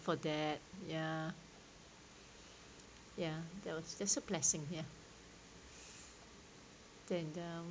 for that ya ya there was there's a blessing ya then um